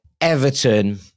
Everton